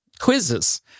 quizzes